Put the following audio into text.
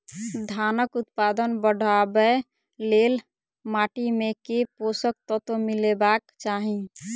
धानक उत्पादन बढ़ाबै लेल माटि मे केँ पोसक तत्व मिलेबाक चाहि?